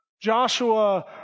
Joshua